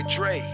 Dre